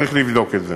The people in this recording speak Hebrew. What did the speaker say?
וצריך לבדוק את זה.